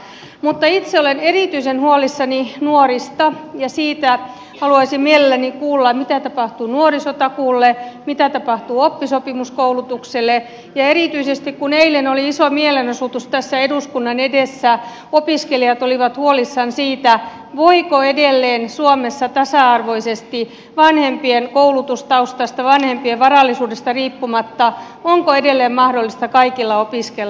mutta itse olen erityisen huolissani nuorista ja haluaisin mielelläni kuulla mitä tapahtuu nuorisotakuulle mitä tapahtuu oppisopimuskoulutukselle ja erityisesti kun eilen oli iso mielenosoitus tässä eduskunnan edessä opiskelijat olivat huolissaan siitä voiko edelleen suomessa tasa arvoisesti opiskella vanhempien koulutustaustasta vanhempien varallisuudesta riippumatta onko edelleen mahdollista kaikilla opiskella